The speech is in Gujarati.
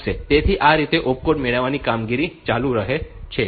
તેથી આ રીતે આ ઓપકોડ મેળવવાની કામગીરી ચાલુ રહે છે